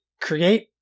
create